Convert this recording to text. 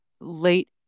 late